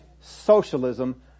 socialism